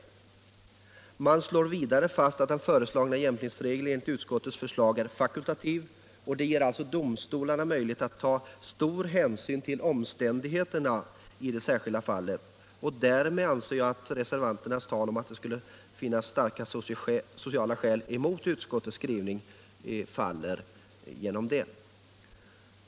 Utskottet slår vidare fast att den föreslagna jämkningsregeln är fakultativ; det ger alltså domstolarna möjlighet att ta stor hänsyn till omständigheterna i det särskilda fallet. Därmed faller reservanternas invändning att det skulle finnas starka sociala skäl mot utskottets förslag.